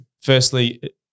firstly